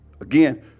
Again